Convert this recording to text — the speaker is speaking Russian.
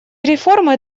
реформы